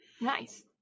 nice